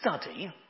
study